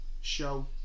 show